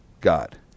God